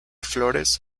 flórez